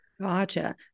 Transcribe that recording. gotcha